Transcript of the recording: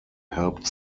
helped